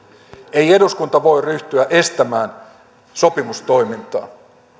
ei eduskunta voi ryhtyä estämään sopimustoimintaa